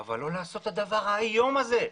אבל לא לעשות את הדבר האיום הזה.